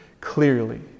clearly